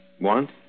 Want